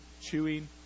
chewing